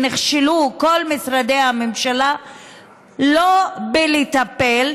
שנכשלו כל משרדי הממשלה לא בלטפל,